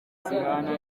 zihana